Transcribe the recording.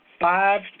five